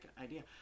idea